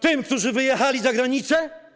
Tym, którzy wyjechali za granicę?